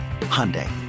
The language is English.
Hyundai